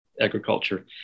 agriculture